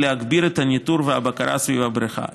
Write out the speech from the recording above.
ולהגביר את הניטור והבקרה סביב הבריכה: